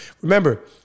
Remember